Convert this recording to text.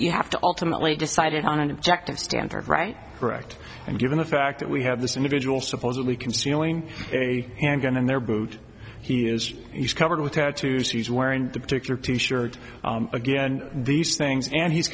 you have to ultimately decided on an objective standard right right and given the fact that we have this individual supposedly concealing a handgun in their boot he is covered with tattoos he's wearing a particular t shirt again these things and he's